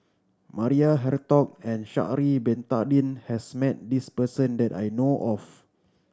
Maria Hertogh and Sha'ari Bin Tadin has met this person that I know of